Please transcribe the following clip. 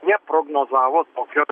neprognozavo tokio